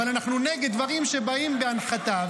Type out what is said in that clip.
אבל אנחנו נגד דברים שבאים בהנחתה,